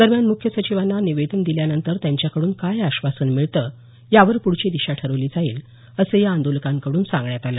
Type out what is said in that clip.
दरम्यान मुख्य सचिवांना निवेदन दिल्यानंतर त्यांच्याकडून काय आश्वासन मिळते त्यावर पुढची दिशा ठरवली जाईल असं या आंदोलकांकडून सांगण्यात आलं